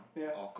yea